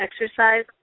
exercise